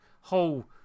whole